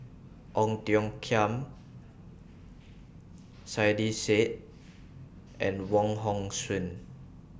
Ong Tiong Khiam Saiedah Said and Wong Hong Suen